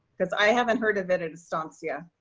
because i haven't heard of it in estancia.